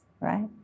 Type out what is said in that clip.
right